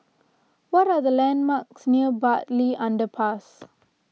what are the landmarks near Bartley Underpass